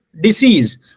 disease